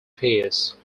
peace